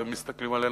ומסתכלים עלינו,